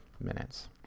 minutes